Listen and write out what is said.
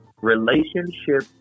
relationship